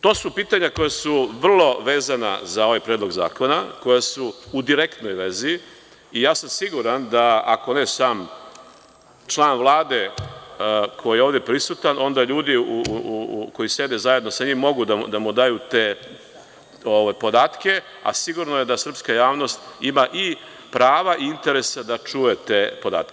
To su pitanja koja su vrlo vezana za ovaj Predlog zakona, koja su u direktnoj vezi i ja sam siguran, ako ne sam član Vlade, koji je ovde prisutan, onda ljudi koji sede zajedno sa njim mogu da mu daju te podatke, a sigurno je da srpska javnost ima i prava i interesa da čuje te podatke.